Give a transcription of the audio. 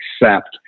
accept